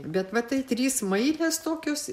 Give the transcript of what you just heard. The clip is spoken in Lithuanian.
bet va tai trys smailės tokios